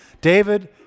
David